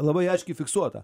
labai aiškiai fiksuota